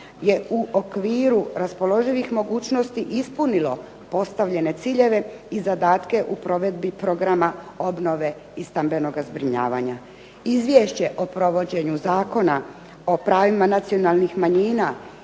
je u okviru raspoloživih mogućnosti ispunilo postavljene ciljeve i zadatke u provedbi programa obnove i stambenoga zbrinjavanja. Izvješće o provođenju Zakona o pravima nacionalnih manjina